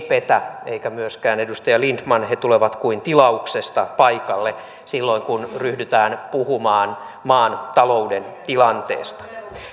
petä eikä myöskään edustaja lindtman he tulevat kuin tilauksesta paikalle silloin kun ryhdytään puhumaan maan talouden tilanteesta